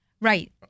Right